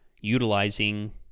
utilizing